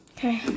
Okay